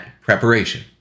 preparation